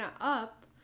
up